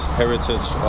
heritage